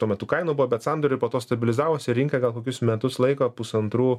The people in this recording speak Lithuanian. tuo metu kainų buvo bet sandoriai po to stabilizavosi rinka gal kokius metus laiko pusantrų